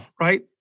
right